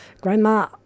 grandma